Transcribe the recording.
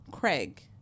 Craig